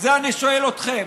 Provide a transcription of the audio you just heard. את זה אני שואל אתכם.